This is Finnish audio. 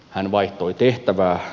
hän vaihtoi tehtävää